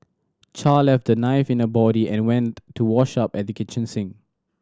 Char left the knife in her body and went to wash up at the kitchen sink